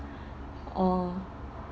orh